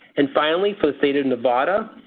and finally for the state of nevada,